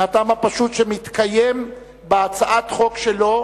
מהטעם הפשוט שמתקיים בהצעת חוק שלו,